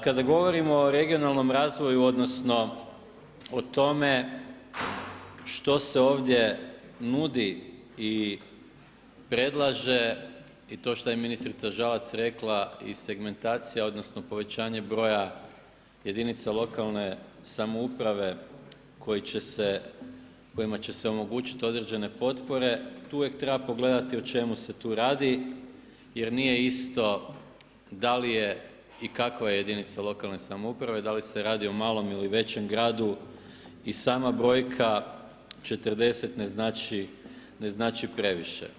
Kada govorimo o regionalnom razvoju odnosno, o tome što se ovdje nudi i predlaže i to što je ministrica Žalac rekla i segmentacija, odnosno povećanje broja jedinica lokalne samouprave kojima će se omogućiti određene potpore tu uvijek treba pogledati o čemu se tu radi jer nije isto da li je i kakva je jedinica lokalne samouprave, da li se radi o malom ili većem gradu i sama brojka 40 ne znači previše.